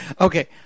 Okay